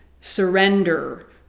surrender